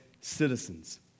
citizens